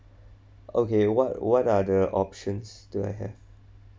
okay what what are the options do I have